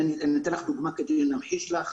אתן לך דוגמה כדי להמחיש לך,